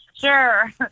sure